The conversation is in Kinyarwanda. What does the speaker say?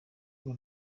urwo